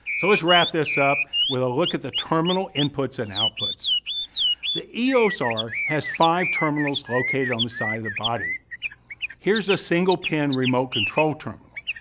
so let's wrap this up with a look at the terminal inputs and outputs the eos-r has five terminals located on the side of the body here's a single-pin remote control terminal,